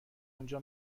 انجا